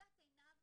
עמותת 'ענב',